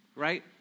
Right